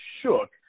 shook